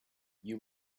you